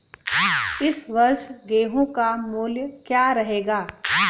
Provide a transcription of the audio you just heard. इस वर्ष गेहूँ का मूल्य क्या रहेगा?